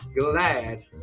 glad